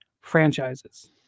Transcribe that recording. franchises